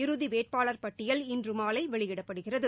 இறுதி வேட்பாளர் பட்டியல் இன்று மாலை வெளியிடப்படுகிறது